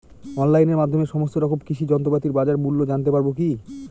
অনলাইনের মাধ্যমে সমস্ত রকম কৃষি যন্ত্রপাতির বাজার মূল্য জানতে পারবো কি?